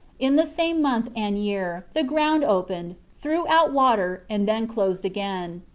in the same month and year, the ground opened, threw out water and then closed again.